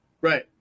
right